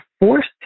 forced